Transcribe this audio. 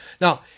Now